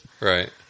Right